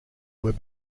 were